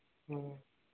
ꯎꯝ